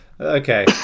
okay